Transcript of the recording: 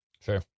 Sure